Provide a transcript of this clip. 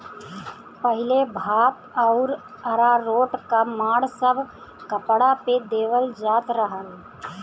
पहिले भात आउर अरारोट क माड़ सब कपड़ा पे देवल जात रहल